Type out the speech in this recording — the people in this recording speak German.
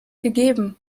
gegeben